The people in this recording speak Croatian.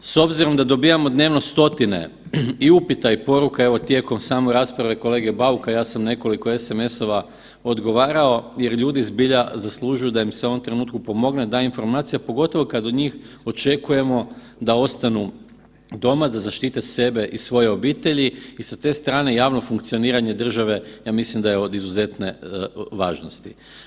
S obzirom da dobivamo dnevno 100-tine i upita i poruka evo tijekom samo rasprave kolege Bauka ja sam nekoliko SMS-ova odgovarao jer ljudi zbilja zaslužuju da im se u ovom trenutku pomogne, da informacija, pogotovo kad od njih očekujemo da ostanu doma da zaštite sebe i svoje obitelji i sa te strane javno funkcioniranje države ja mislim da je od izuzetne važnosti.